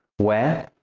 where,